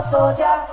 Soldier